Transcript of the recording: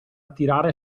attirare